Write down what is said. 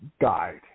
guide